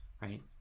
right